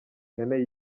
hene